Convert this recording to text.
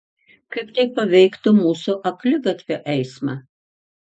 kaip tai paveiktų mūsų akligatvio eismą